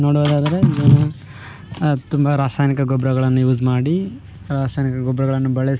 ನೋಡೋದಾದರೆ ತುಂಬ ರಾಸಾಯನಿಕ ಗೊಬ್ಬರಗಳನ್ನು ಯೂಸ್ ಮಾಡಿ ರಾಸಾಯನಿಕ ಗೊಬ್ಬರಗಳನ್ನು ಬಳಸಿ